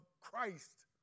Christ